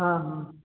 हाँ हाँ